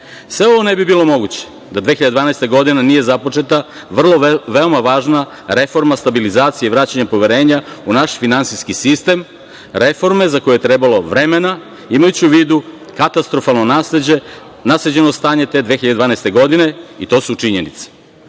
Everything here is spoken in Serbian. Sve ovo ne bi bilo moguće da 2012. godine nije započeta veoma važna reforma stabilizacije, vraćanja poverenja u naš finansijski sistem, reforma za koju je trebalo vremena, imajući u vidu katastrofalno nasleđeno stanje te 2012. godine, i to su činjenice.